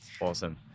awesome